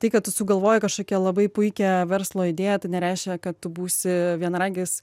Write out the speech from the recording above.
tai kad tu sugalvoji kažkokią labai puikią verslo idėją tai nereiškia kad tu būsi vienaragis